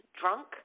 drunk